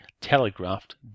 telegraphed